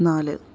നാല്